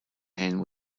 and